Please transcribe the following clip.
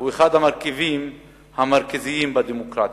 הוא אחד המרכיבים המרכזיים בדמוקרטיה,